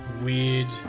weird